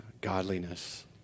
godliness